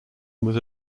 was